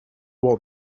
what